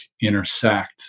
intersect